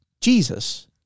Jesus